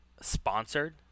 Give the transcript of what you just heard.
sponsored